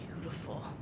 beautiful